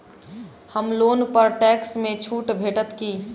होम loan पर tax मे छुट भेटत की